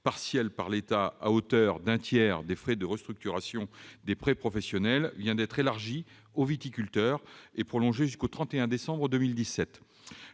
partielle par l'État à hauteur d'un tiers des frais de restructuration des prêts professionnels vient d'être élargi aux viticulteurs et prolongé jusqu'au 31 décembre 2017.